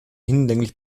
hinlänglich